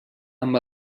amb